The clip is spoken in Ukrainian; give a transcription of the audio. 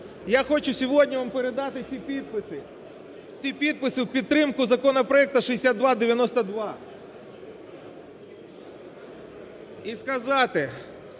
Я хочу сьогодні вам передати ці підписи, ці підписи в підтримку законопроекту 6292 і сказати,